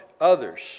others